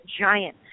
giant